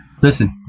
Listen